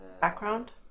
background